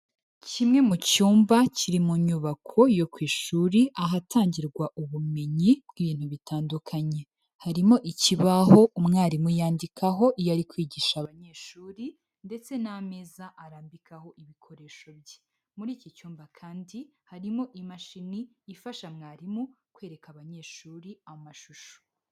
Kimwe mu cyumba, kiri mu nyubako, yo ku ishuri ahatangirwa ubumenyi bw'bintu bitandukanye. Harimo ikibaho umwarimu yandikaho iyo ari kwigisha abanyeshuri, ndetse n'ameza arambikaho ibikoresho bye. Muri iki cyumba kandi, harimo imashini, ifasha mwarimu, kwereka abanyeshuri, amashusho.